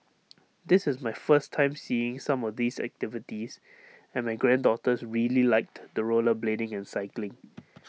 this is my first time seeing some of these activities and my granddaughters really liked the rollerblading and cycling